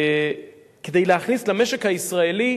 כדי להכניס למשק הישראלי,